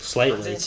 Slightly